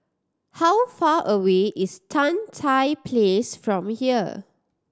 how far away is Tan Tye Place from here